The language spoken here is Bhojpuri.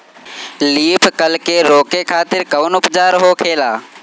लीफ कल के रोके खातिर कउन उपचार होखेला?